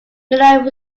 miller